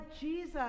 Jesus